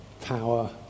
power